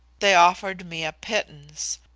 they offered me a pittance.